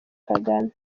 kagame